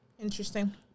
Interesting